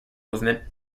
movement